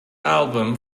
album